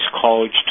college